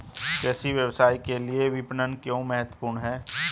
कृषि व्यवसाय के लिए विपणन क्यों महत्वपूर्ण है?